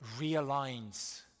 realigns